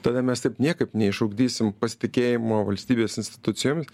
tada mes taip niekaip neišugdysim pasitikėjimo valstybės institucijomis